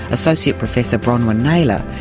associate professor bronwyn naylor,